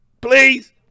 Please